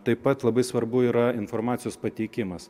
taip pat labai svarbu yra informacijos pateikimas